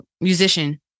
musician